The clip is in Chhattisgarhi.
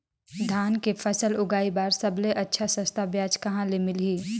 धान के फसल उगाई बार सबले अच्छा सस्ता ब्याज कहा ले मिलही?